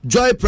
Joy